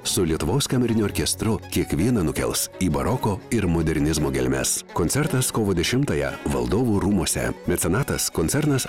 su lietuvos kameriniu orkestru kiekvieną nukels į baroko ir modernizmo gelmes koncertas kovo dešimtąją valdovų rūmuose mecenatas koncernas